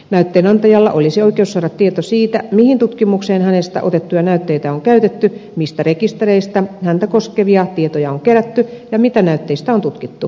näytteen antajalla olisi oikeus saada tieto siitä mihin tutkimukseen hänestä otettuja näytteitä on käytetty mistä rekistereistä häntä koskevia tietoja on kerätty ja mitä näytteistä on tutkittu